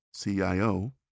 CIO